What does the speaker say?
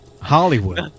Hollywood